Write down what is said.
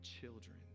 children